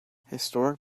historic